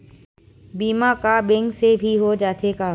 बीमा का बैंक से भी हो जाथे का?